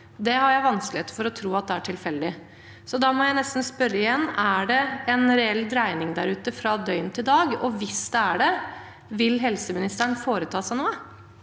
pst. har jeg vanskeligheter for å tro at er tilfeldig. Jeg må nesten spørre igjen: Er det en reell dreining der ute fra døgn til dag, og hvis det er det, vil helseministeren foreta seg noe?